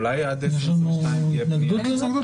אולי עד 2022 תהיה --- יש לנו התנגדות לזה?